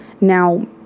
now